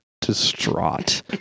distraught